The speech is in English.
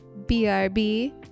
BRB